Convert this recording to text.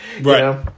Right